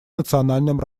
национальном